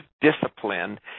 discipline